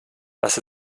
das